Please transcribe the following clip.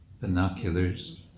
binoculars